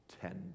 tender